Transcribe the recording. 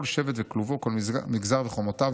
כל שבט וכלובו, כל מגזר וחומותיו.